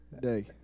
day